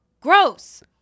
Gross